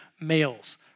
males